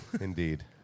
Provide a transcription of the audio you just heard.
Indeed